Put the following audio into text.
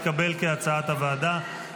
כהצעת הוועדה,